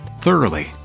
thoroughly